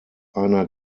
einer